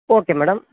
okay madam